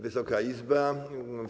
Wysoka Izbo!